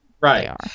right